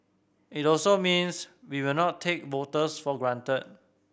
it also means we will not take voters for granted